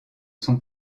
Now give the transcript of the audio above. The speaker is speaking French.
son